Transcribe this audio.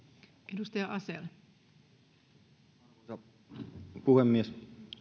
arvoisa puhemies